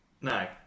no